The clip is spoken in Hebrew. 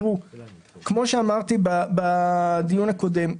כמו שאמרתי בדיון הקודם,